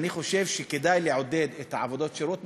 אני חושב שכדאי לעודד את עבודות השירות.